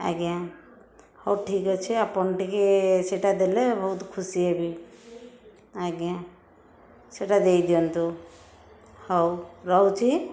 ଆଜ୍ଞା ହେଉ ଠିକ୍ ଅଛି ଆପଣ ଟିକେ ସେଇଟା ଦେଲେ ବହୁତ ଖୁସି ହେବି ଆଜ୍ଞା ସେଇଟା ଦେଇଦିଅନ୍ତୁ ହେଉ ରହୁଚି